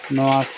ᱱᱚᱣᱟ